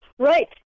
Right